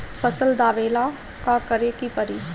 फसल दावेला का करे के परी?